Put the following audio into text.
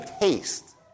taste